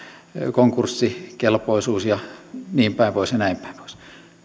konkurssikelpoisuus ja niinpäin pois ja näinpäin pois